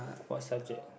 what subject